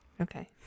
Okay